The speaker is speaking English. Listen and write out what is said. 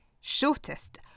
shortest